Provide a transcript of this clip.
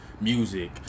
music